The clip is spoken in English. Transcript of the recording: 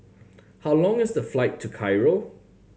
how long is the flight to Cairo